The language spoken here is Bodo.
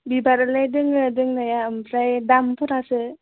बिबारालाय दङ दंनाया ओमफ्राय दामफोरासो